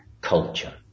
culture